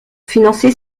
financer